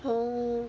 oh